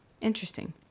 interesting